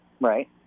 Right